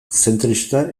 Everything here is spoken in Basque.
zentrista